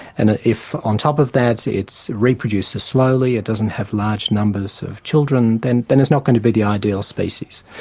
and if, on top of that, it reproduces slowly, it doesn't have large numbers of children, then then it's not going to be the ideal species.